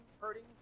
hurting